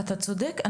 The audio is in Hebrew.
אתה צודק.